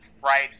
Fright